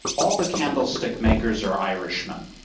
all the candlestick makers are irishmen.